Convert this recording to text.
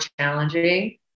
challenging